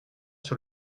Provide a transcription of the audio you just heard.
sur